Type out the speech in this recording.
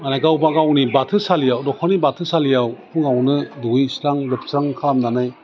माने गावबा गावनि बाथौसालियाव दफांनि बाथौसालियाव फुङावनो दुगैस्रां लोबस्रां खालामनानै